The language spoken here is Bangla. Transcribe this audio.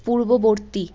পূর্ববর্তী